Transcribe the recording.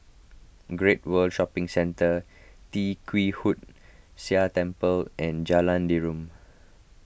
Great World Shopping Centre Tee Kwee Hood Sia Temple and Jalan Derum